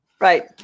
Right